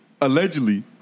allegedly